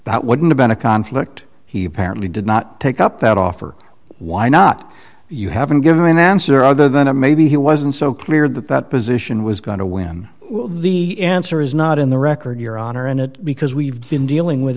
that wouldn't have been a conflict he apparently did not take up that offer why not you haven't given me an answer other than i maybe he wasn't so clear that that position was going to win the answer is not in the record your honor and it because we've been dealing with